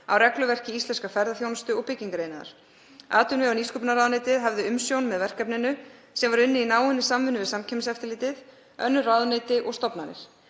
á regluverki íslenskrar ferðaþjónustu og byggingariðnaðar. Atvinnuvega- og nýsköpunarráðuneytið hafði umsjón með verkefninu sem var unnið í náinni samvinnu við Samkeppniseftirlitið, önnur ráðuneyti og stofnanir.